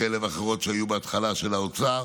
כאלה ואחרות שהיו בהתחלה של האוצר,